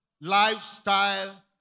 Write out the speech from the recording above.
lifestyle